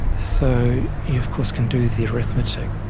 so you of course can do the arithmetic.